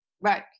Right